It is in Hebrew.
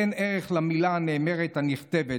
אין ערך למילה הנאמרת, הנכתבת.